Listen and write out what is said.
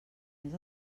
més